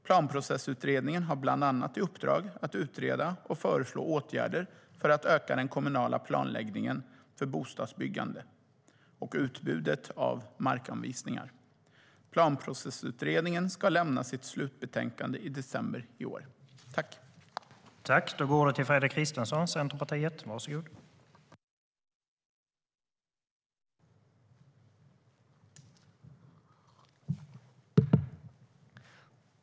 Planprocessutredningen har bland annat i uppdrag att utreda och föreslå åtgärder för att öka den kommunala planläggningen för bostadsbyggande och utbudet av markanvisningar. Planprocessutredningen ska lämna sitt slutbetänkande i december i år. Då Ola Johansson, som framställt interpellationen, anmält att han var förhindrad att närvara vid sammanträdet medgav andre vice talmannen att Fredrik Christensson i stället fick delta i överläggningen.